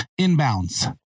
inbounds